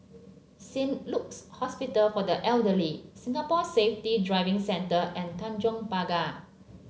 Saint Luke's Hospital for the Elderly Singapore Safety Driving Centre and Tanjong Pagar